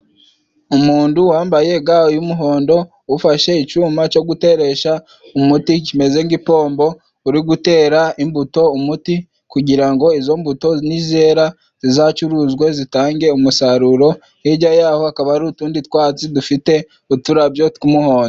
Umundu wambaye ga y'umuhondo ufashe icuma co guteresha umuti kimeze nk'ipombo uri gutera imbuto umuti, kugira ngo izo mbuto nizera zizacuruzwe zitange umusaruro. Hirya y'aho hakaba hari utundi twatsi dufite uturabyo tw'umuhondo.